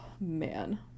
man